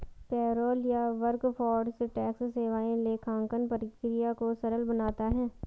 payroll या workforce tax सेवाएं लेखांकन प्रक्रिया को सरल बनाता है